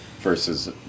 versus